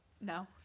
No